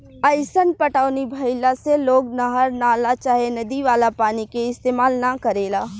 अईसन पटौनी भईला से लोग नहर, नाला चाहे नदी वाला पानी के इस्तेमाल न करेला